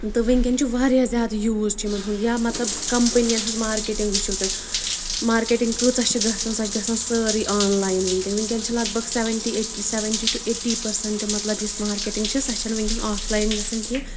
تہٕ وٕنکیٚن چھُ واریاہ زیادٕ یوٗز چھُ یِمَن ہُنٛد یا مطلب کَمپِٔیَن ہٕنٛز مارکیٹِنٛگ وُچھو تُہۍ مارکیٹِنٛگ کۭژاہ گژھان سۄ چھِ گَژھان سٲری آنلایِن ونکیٚن ؤنکیٚن چھِ لگ بگ seventy eight seventy two eighty percent مطلب یُس مارکیٹنٛگ چھِ سۄ چھےٚ نہٕ وٕنکیٚن آفلاین گژھان کینٛہہ